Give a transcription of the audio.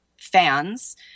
fans